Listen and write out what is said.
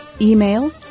email